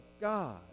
God